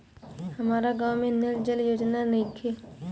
हमारा गाँव मे नल जल योजना नइखे?